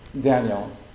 Daniel